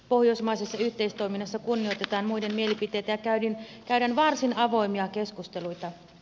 pohjoismaisessa yhteistoiminnassa kunnioitetaan muiden mielipiteitä ja käydään varsin avoimia keskusteluita